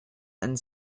and